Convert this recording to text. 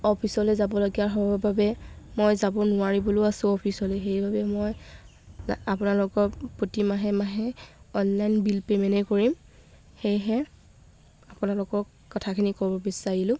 অফিচলৈ যাবলগীয়া হ'বৰ বাবে মই যাব নোৱাৰিবলৈও আছোঁ অফিচলৈ সেইবাবে মই আপোনালোকৰ প্ৰতি মাহে মাহে অনলাইন বিল পে'মেণ্টে কৰিম সেয়েহে আপোনালোকক কথাখিনি ক'ব বিচাৰিলোঁ